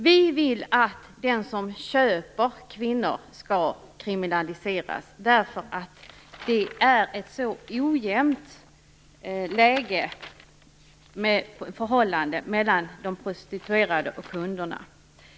Vi vill att den som köper kvinnor skall kriminaliseras därför att det inte är fråga om ett jämställt förhållande mellan de prostituerade och kunderna.